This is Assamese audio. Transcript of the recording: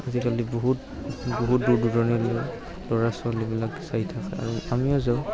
আজিকালি বহুত বহুত দূৰ দূৰণিলৈ ল'ৰা ছোৱালীবিলাক যায় থাকে আৰু আমিও যাওঁ